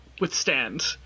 withstand